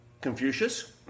Confucius